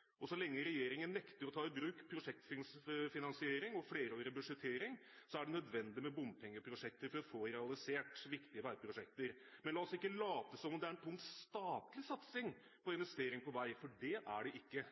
og helhetlig finansiering. Og så lenge regjeringen nekter å ta i bruk prosjektfinansiering og flerårig budsjettering, er det nødvendig med bompengeprosjekter for å få realisert viktige veiprosjekter. Men la oss ikke late som om det er en tung statlig satsing på investering i vei, for det er det ikke.